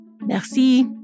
Merci